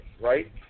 right